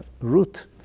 root